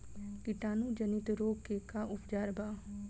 कीटाणु जनित रोग के का उपचार बा?